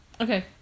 Okay